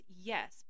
yes